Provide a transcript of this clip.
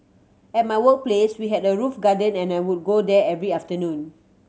at my workplace we had a roof garden and I would go there every afternoon